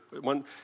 One